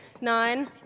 nine